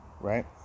Right